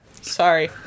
sorry